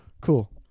cool